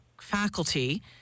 faculty